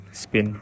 spin